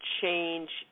change